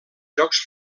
jocs